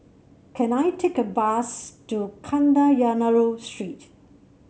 can I take a bus to Kadayanallur Street